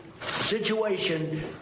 situation